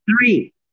Three